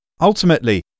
Ultimately